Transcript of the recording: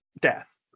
death